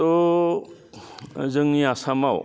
थह जोंनि आसामाव